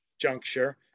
juncture